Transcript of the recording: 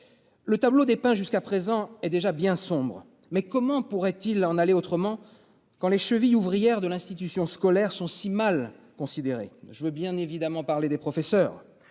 Le tableau dépeint jusqu'à présent est déjà bien sombre mais comment pourrait-il en aller autrement quand les chevilles ouvrières de l'institution scolaire sont si mal considéré. Je veux bien évidemment parler des professeurs.